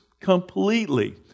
completely